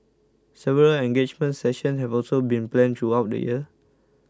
several engagement sessions have also been planned throughout the year